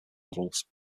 models